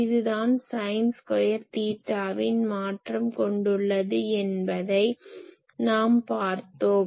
இது sine square தீட்டாவின் மாற்றம் கொண்டுள்ளது என்பதை நாம் பார்த்தோம்